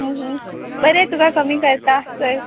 बरें तुका कमी करता चलय